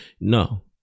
No